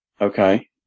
Okay